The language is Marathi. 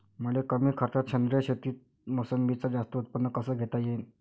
मले कमी खर्चात सेंद्रीय शेतीत मोसंबीचं जास्त उत्पन्न कस घेता येईन?